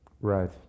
Right